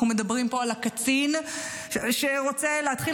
אנחנו מדברים פה על הקצין שרוצה להתחיל